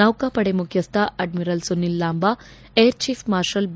ನೌಕಾಪಡೆ ಮುಖ್ಯಸ್ವ admiral Sunil Lanba air chief marshal B